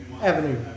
Avenue